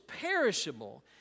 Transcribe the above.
perishable